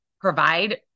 provide